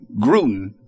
Gruden